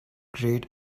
grayed